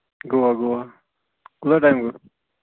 گوٚو ہا گوٚو ہا کوٗتاہ ٹایم گوٚو